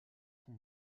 son